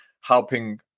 helping